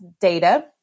data